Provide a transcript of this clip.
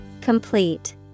Complete